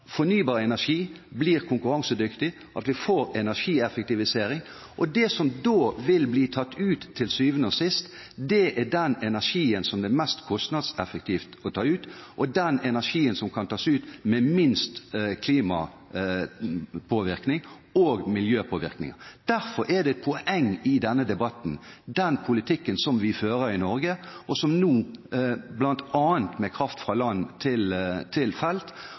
fornybar energi blir konkurransedyktig, at vi får energieffektivisering. Det som til syvende og sist vil bli tatt ut, er den energien som det er mest kostnadseffektivt å ta ut, og som påvirker klimaet og miljøet minst. Derfor er det et poeng i denne debatten at det er den politikken vi fører i Norge nå – bl.a. kraft fra land til felt og forbud mot fakling på plattformer – som reduserer klimagassutslippene ved produksjonen, i tillegg til